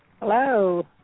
Hello